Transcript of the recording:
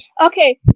Okay